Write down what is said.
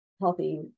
healthy